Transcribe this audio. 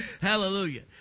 Hallelujah